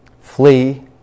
Flee